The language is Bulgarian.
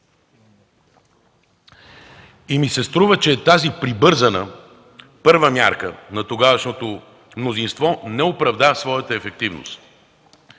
И ми се струва, че тази прибързана първа мярка на тогавашното мнозинство не оправда своята ефективност.